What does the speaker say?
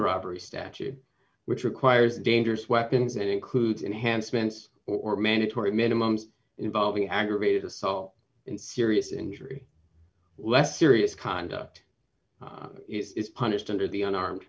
robbery statute which requires dangerous weapons and includes enhancements or mandatory minimums involving aggravated assault and serious injury less serious conduct is punished under the an armed